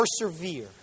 Persevere